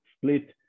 split